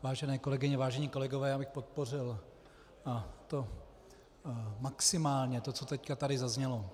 Vážené kolegyně, vážení kolegové, já bych podpořil, a to maximálně, to, co tady teď zaznělo.